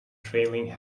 trailing